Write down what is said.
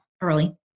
early